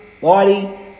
Whitey